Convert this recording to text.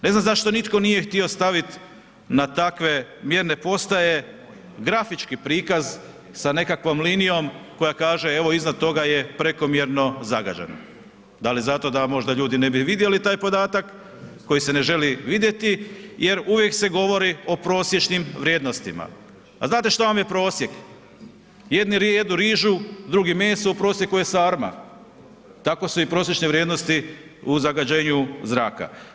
Ne znam zašto nitko nije htio stavit na takve mjerne postaje grafički prikaz sa nekakvom linijom koja kaže evo iznad toga je prekomjerno zagađeno da li zato da možda ljudi ne bi vidjeli taj podatak koji se ne želi vidjeti jer uvijek se govori o prosječnim vrijednostima, a znate što vam je prosjek, jedni jedu rižu, drugi meso, u prosjeku je sarma, tako su i prosječne vrijednosti u zagađenju zraka.